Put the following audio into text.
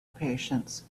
patience